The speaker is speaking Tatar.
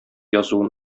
язуын